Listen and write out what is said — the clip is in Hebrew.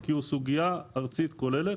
כי הוא סוגייה ארצית כוללת